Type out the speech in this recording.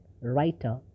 writer